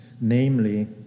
namely